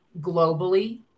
globally